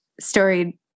story